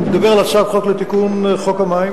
אני מדבר על הצעת חוק לתיקון חוק המים